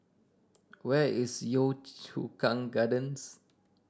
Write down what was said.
where is Yio Chu Kang Gardens